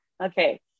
okay